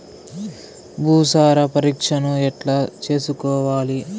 భూసార పరీక్షను ఎట్లా చేసుకోవాలి?